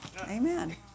Amen